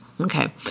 Okay